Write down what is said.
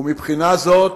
ומבחינה זו,